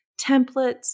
templates